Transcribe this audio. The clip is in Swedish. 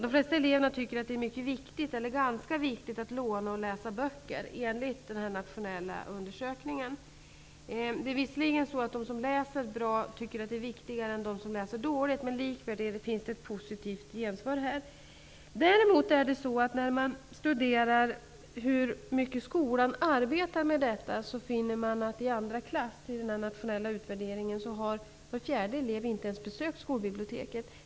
De flesta eleverna tycker att det är mycket viktigt eller ganska viktigt att låna och läsa böcker, enligt den här nationella undersökningen. Det är visserligen så att de som läser bra tycker att det är viktigare än de som läser dåligt, men likväl finns det här ett positivt gensvar. När man däremot studerar hur mycket skolan arbetar med detta finner man i den nationella utvärderingen att var fjärde elev i andra klass inte ens har besökt skolbiblioteket.